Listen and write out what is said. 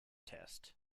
test